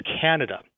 Canada